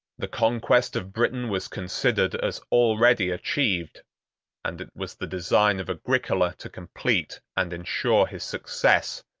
the conquest of britain was considered as already achieved and it was the design of agricola to complete and insure his success,